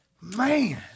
Man